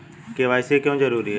KYC क्यों जरूरी है?